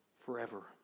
Forever